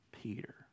Peter